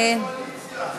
איזה התגייסות של הקואליציה.